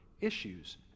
issues